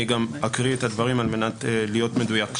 אני גם אקריא את הדברים על מנת להיות מדויק.